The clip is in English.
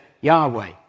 Yahweh